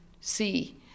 see